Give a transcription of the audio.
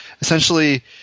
Essentially